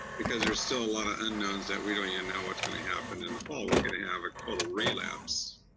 because there's still a lot of unknowns that we don't even know what's gonna happen in the fall. we could have a total relapse,